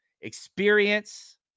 Experience